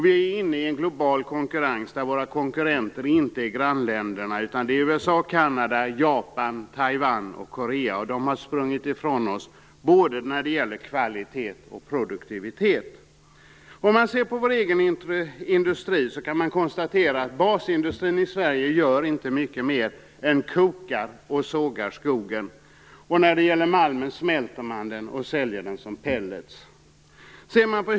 Vi är inne i en global konkurrens där våra konkurrenter inte är våra grannländer utan det är USA, Kanada, Japan, Taiwan och Korea. Dessa länder har sprungit ifrån oss, både när det gäller kvalitet och i fråga om produktivitet. Om man ser på vår egen industri kan man konstatera att basindustrin i Sverige gör inte mycket mer än kokar och sågar skogen. När det gäller malmen smälter man den och säljer den som pellets.